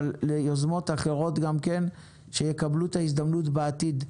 אבל גם כן ליוזמות אחרות שיקבלו את ההזדמנות בעתיד.